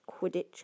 Quidditch